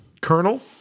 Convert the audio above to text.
colonel